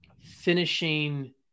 finishing